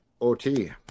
OT